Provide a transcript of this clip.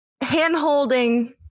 hand-holding